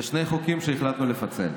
יש שני חוקים שהחלטנו לפצל.